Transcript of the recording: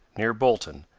near bolton,